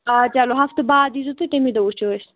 آ چَلو ہَفتہٕ باد ییٖزیٚو تُہۍ تَمی دۄہ وُچھَو أسۍ